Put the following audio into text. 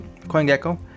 CoinGecko